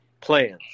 plans